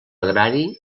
agrari